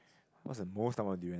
what's the most number of durian